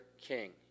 king